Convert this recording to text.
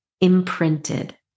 imprinted